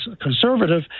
conservative